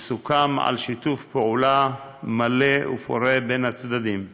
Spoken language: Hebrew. וסוכם על שיתוף פעולה מלא ופורה בין הצדדים.